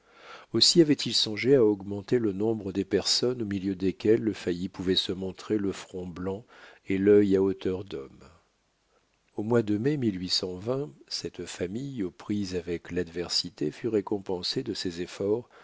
aussi avait-il songé à augmenter le nombre des personnes au milieu desquelles le failli pouvait se montrer le front blanc et l'œil à hauteur d'homme au mois de mai cette famille aux prises avec l'adversité fut récompensée de ses efforts